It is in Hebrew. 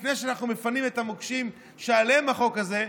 לפני שאנחנו מפנים את המוקשים שעליהם החוק הזה,